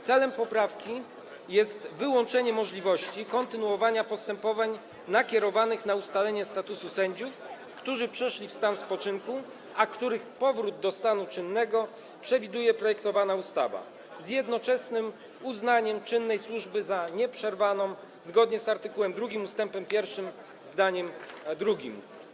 Celem poprawki jest wyłączenie możliwości kontynuowania postępowań nakierowanych na ustalenie statusu sędziów, którzy przeszli w stan spoczynku, a których powrót do stanu czynnego przewiduje projektowana ustawa, z jednoczesnym uznaniem czynnej służby za nieprzerwaną, zgodnie z art. 2 ust. 2 zdaniem drugim.